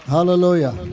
Hallelujah